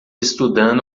estudando